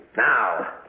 Now